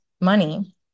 money